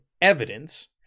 evidence